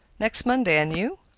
next monday and you?